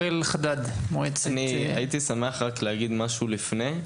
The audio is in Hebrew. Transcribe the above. הראל חדד --- אני הייתי שמח להגיד משהו לפני.